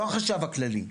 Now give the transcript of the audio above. לא החשב הכללי,